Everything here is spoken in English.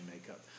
makeup